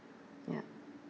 ya